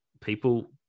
people